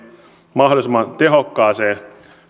mahdollisimman tehokkaaseen